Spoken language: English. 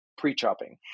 pre-chopping